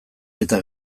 eta